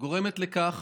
גורמים לכך